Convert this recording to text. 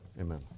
Amen